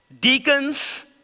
Deacons